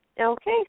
Okay